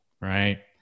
right